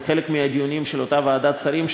כחלק מהדיונים של אותה ועדת שרים,